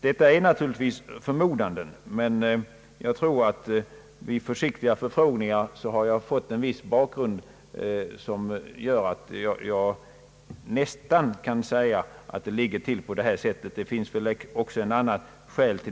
Detta är givetvis förmodanden, men vid försiktiga förfrågningar har jag fått fram en viss bakgrund som gör att jag nästan kan säga att det ligger till på det sättet.